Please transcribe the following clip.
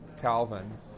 Calvin